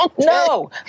no